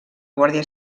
guàrdia